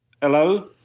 Hello